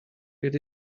could